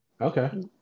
Okay